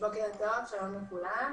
בוקר טוב, שלום לכולם.